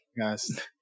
guys